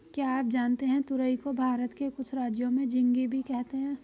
क्या आप जानते है तुरई को भारत के कुछ राज्यों में झिंग्गी भी कहते है?